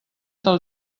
del